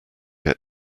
ate